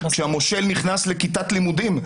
כשהמושל נכנס לכיתת לימודים,